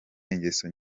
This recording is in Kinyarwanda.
ingeso